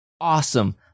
awesome